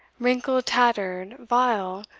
wrinkled, tattered, vile,